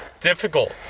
difficult